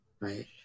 right